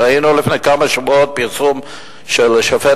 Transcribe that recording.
ראינו לפני כמה שבועות פרסום של שופט